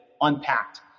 unpacked